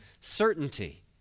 certainty